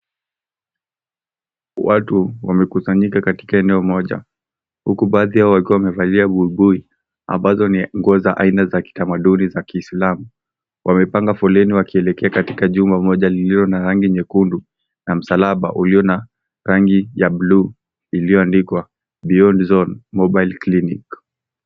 Watu wamekusanyika katika eneo moja huku baadhi yao wakiwa wamevalia buibui ambazo ni nguo za aina za kitamaduni za kiislamu. Wamepanga foleni wakielekea katika jumba moja lililo na rangi nyekundu na msalaba ulio na rangi ya bluu iliyoandikwa, beyond zone mobile clinic.